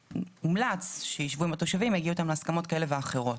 הומלץ שישבו עם התושבים ויגיעו איתם להסכמות כאלה ואחרות.